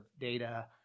data